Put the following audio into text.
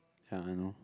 ya I know